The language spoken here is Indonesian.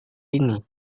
ini